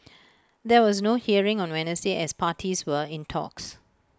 there was no hearing on Wednesday as parties were in talks